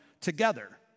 together